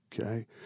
Okay